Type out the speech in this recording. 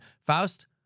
Faust